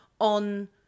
on